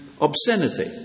obscenity